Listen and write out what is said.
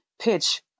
pitch